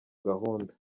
gahunda